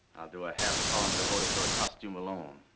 do a half column devoted to her costume alone.